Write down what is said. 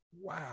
Wow